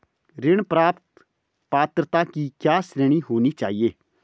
ऋण प्राप्त पात्रता की क्या श्रेणी होनी चाहिए?